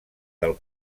del